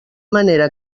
manera